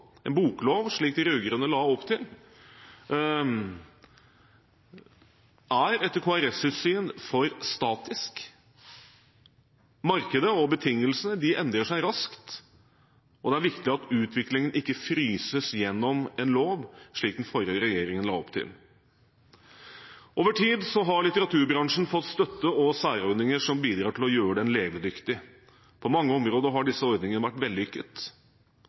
En boklov, slik de rød-grønne la opp til, er etter Kristelig Folkepartis syn for statisk. Markedet og betingelser endrer seg raskt, og det er viktig at utviklingen ikke fryses gjennom en lov, slik den forrige regjeringen la opp til. Over tid har litteraturbransjen fått støtte- og særordninger som bidrar til å gjøre den levedyktig. På mange områder har disse ordningene vært